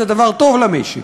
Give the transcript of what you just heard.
זה דבר טוב למשק,